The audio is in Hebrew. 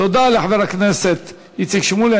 תודה לחבר הכנסת איציק שמולי.